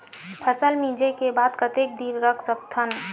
फसल मिंजे के बाद कतेक दिन रख सकथन?